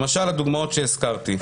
למשל הדוגמאות שהזכרתי?